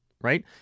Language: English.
right